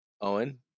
Owen